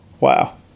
Wow